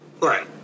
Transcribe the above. Right